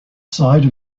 side